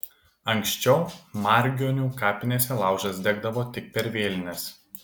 anksčiau margionių kapinėse laužas degdavo tik per vėlines